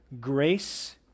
grace